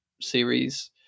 series